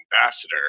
ambassador